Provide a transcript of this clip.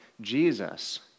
Jesus